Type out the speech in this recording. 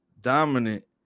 dominant